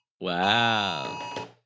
Wow